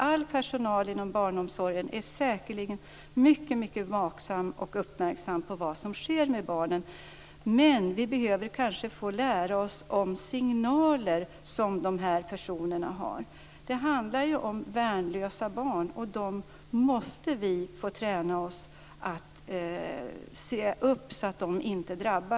All personal inom barnomsorgen är säkerligen mycket vaksam och uppmärksam på vad som sker med barnen. Men vi behöver kanske få lära oss att uppfatta signaler från barnen. Det handlar ju om värnlösa barn, och vi måste träna oss på att se upp så att de inte drabbas.